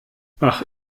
ach